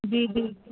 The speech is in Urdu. جی جی